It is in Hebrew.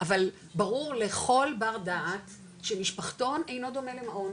אבל ברור לכל בר דעת שמשפחתון אינו דומה למעון,